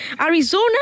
Arizona